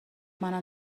منم